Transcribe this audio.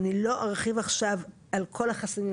אני לא ארחיב עכשיו על כל החסמים,